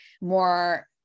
more